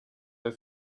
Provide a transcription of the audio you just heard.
der